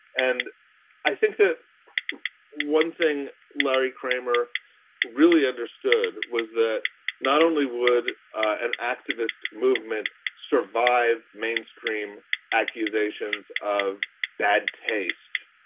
and i think that one thing larry kramer really understood was that not only would an activist movement survive mainstream accusations of bad taste,